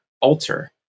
alter